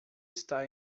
está